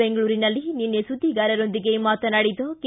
ಬೆಂಗಳೂರಿನಲ್ಲಿ ನಿನ್ನೆ ಸುದ್ದಿಗಾರರೊಂದಿಗೆ ಮಾತನಾಡಿದ ಕೆ